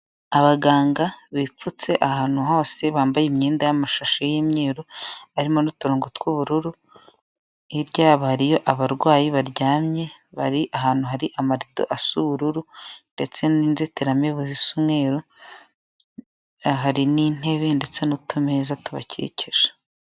Abaganga bipfutse ahantu hose bambaye imyenda y'amashashi y'imyeru arimo n'uturongongo tw'ubururu, hirya yabo Hari abarwayi baryamye bari ahantu hari amarido asa ubururu, ndetse n'inzitiramibu zisa umweru, hari n'intebe ndetse n'utumeza tubakikije.